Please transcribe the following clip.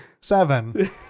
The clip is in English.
seven